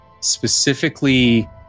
Specifically